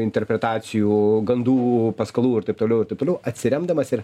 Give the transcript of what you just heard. interpretacijų gandų paskalų ir taip toliau ir taip toliau atsiremdamas ir